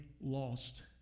lost